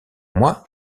moi